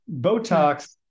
Botox